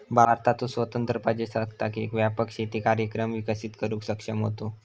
भारताचो स्वतंत्र प्रजासत्ताक एक व्यापक शेती कार्यक्रम विकसित करुक सक्षम होतो